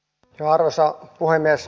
arvoisa puhemies